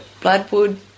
bloodwood